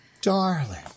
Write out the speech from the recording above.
darling